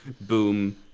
Boom